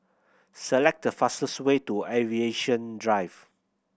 select the fastest way to Aviation Drive